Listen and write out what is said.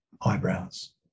eyebrows